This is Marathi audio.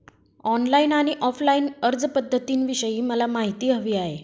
ऑनलाईन आणि ऑफलाईन अर्जपध्दतींविषयी मला माहिती हवी आहे